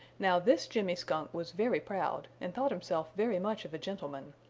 now this jimmy skunk was very proud and thought himself very much of a gentleman.